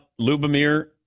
Lubomir